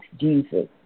Jesus